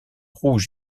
rouge